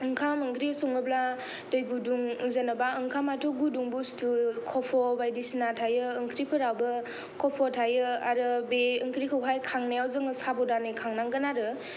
ओंखाम ओंख्रि सङोब्ला दै गुदुं जेनोबा ओंखामाथ' गुदुं बुस्तु खफ' बायदिसिना थायो ओंख्रिफोराबो खफ' थायो आरो बे ओंख्रिखौहाय खांनायाव जोङो साबदानै खांनांगोन आरो